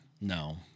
No